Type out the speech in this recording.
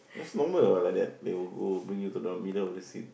that's normal what like that they will bring you to the middle of the sea